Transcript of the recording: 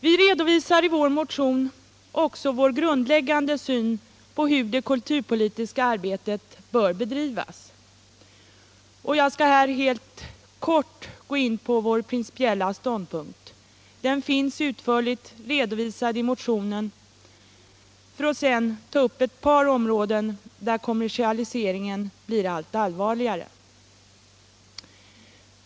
Vi redovisar i vår motion också vår grundläggande syn på hur det kulturpolitiska arbetet bör bedrivas. Jag skall här bara helt kort gå in på vår principiella ståndpunkt — den finns utförligt redovisad i motionen —- för att sedan ta upp ett par områden där kommersialiseringen blir allt allvarligare.